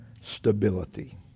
stability